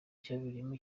cyabereyemo